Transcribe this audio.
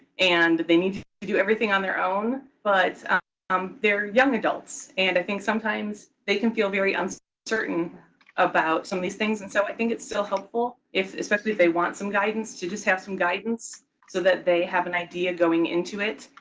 and they need to do everything on their own. but um they're young adults. and i think sometimes they can feel very so uncertain about some of these things. and so i think it's still helpful, especially if they want some guidance, to just have some guidance so that they have an idea going into it.